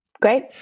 Great